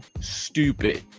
stupid